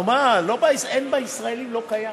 אצל הישראלים זה לא קיים.